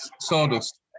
sawdust